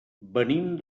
venim